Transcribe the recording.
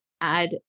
add